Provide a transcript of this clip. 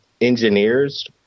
engineers